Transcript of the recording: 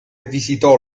visitò